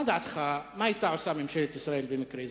מה דעתך, מה היתה עושה ממשלת ישראל במקרה זה?